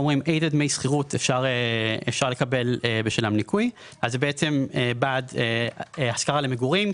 אנחנו אומרים אילו דמי שכירות אפשר לקבל בשלם ניקוי: בעד השכרה למגורים,